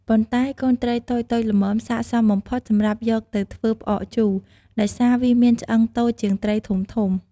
ប៉ុន្តែ កូនត្រីតូចៗល្មមសាកសមបំផុតសម្រាប់យកទៅធ្វើផ្អកជូរ ដោយសារវាមានឆ្អឹងតូចជាងត្រីធំៗ។